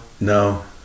No